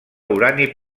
urani